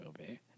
movie